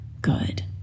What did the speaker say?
good